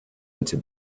into